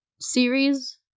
series